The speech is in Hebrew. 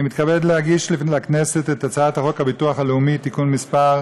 אני מתכבד להגיש לכנסת את הצעת חוק הביטוח הלאומי (תיקון מס'